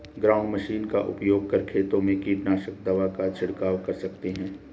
ground machine का उपयोग कर खेतों में कीटनाशक दवा का झिड़काव कर सकते है